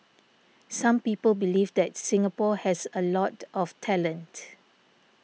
some people believe that Singapore has a lot of talent